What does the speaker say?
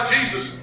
Jesus